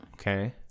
Okay